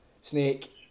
Snake